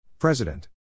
President